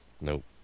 Nope